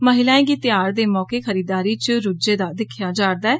महिलाएं गी घ्यार दे मौके खरीददारी च रूज्जै दा दिक्खेआ जा'रदा ऐ